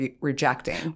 rejecting